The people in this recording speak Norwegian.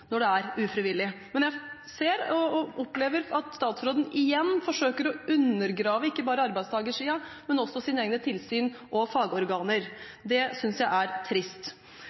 når det er ufrivillig. Men jeg ser og opplever at statsråden igjen forsøker å undergrave ikke bare arbeidstakersiden, men også sine egne tilsyn og fagorganer. Det synes jeg er trist.